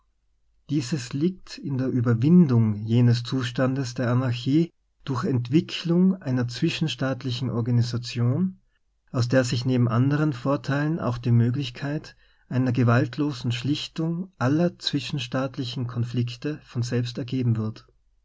dieses liegt in der ueberwindung jenes zustandes der anarchie durch entwicklung einer zwischenstaatlichen organisation aus der sich neben anderen vor teilen auch die möglichkeit einer gewaltlosen schlichtung aller zwischenstaatlichen konflikte von selbst ergeben wird